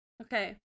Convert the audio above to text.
Okay